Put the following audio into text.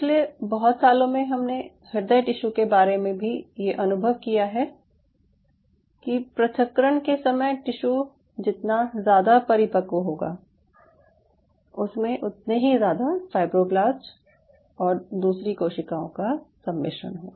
पिछले बहुत सालों में हमने हृदय टिश्यू के बारे में भी ये अनुभव किया है कि पृथक्करण के समय टिश्यू जितना ज़्यादा परिपक़्व होगा उसमे उतने ही ज़्यादा फाईब्रोब्लास्ट और दूसरी कोशिकाओं का सम्मिश्रण होगा